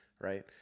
right